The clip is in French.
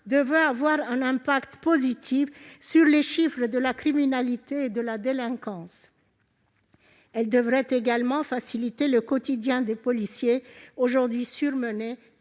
devrait avoir un impact positif sur les chiffres de la criminalité et de la délinquance. Elle devrait également faciliter le quotidien des policiers surmenés,